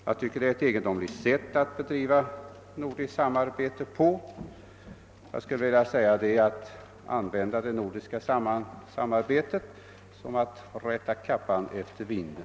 Jag tycker att det är ett egendomligt sätt att bedriva det nordiska samarbetet på — det är verkligen att vända kappan efter vinden.